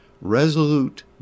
resolute